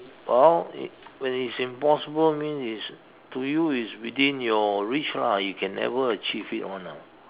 well when it's impossible mean it's to you it's within your reach lah you can never achieve it [one] ah